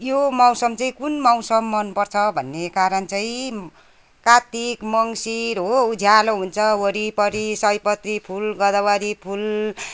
यो मौसम चाहिँ कुन मौसम मनपर्छ भन्ने कारण चाहिँ कार्तिक मङ्सिर हो उज्यालो हुन्छ वरिपरि सयपत्री फुल गदावारी फुल